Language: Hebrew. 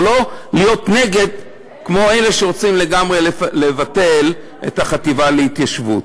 אבל לא להיות נגד כמו אלה שרוצים לגמרי לבטל את החטיבה להתיישבות.